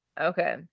Okay